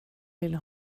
vill